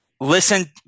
listen